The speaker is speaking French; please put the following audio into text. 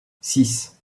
six